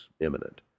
imminent